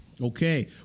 okay